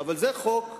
אבל זה חוק,